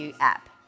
app